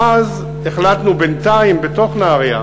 ואז החלטנו, בינתיים, בתוך נהרייה